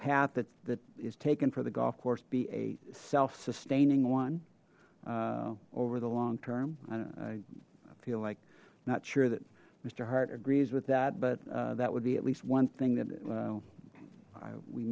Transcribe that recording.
path that that is taken for the golf course be a self sustaining one over the long term i feel like not sure that mister hart agrees with that but that would be at least one thing that well i we